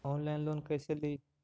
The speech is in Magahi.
ऑनलाइन लोन कैसे ली?